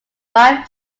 wife